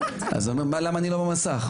למה אני לא במסך?